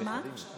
מה שאמרת עכשיו?